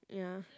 ya